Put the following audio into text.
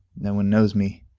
no one knows me.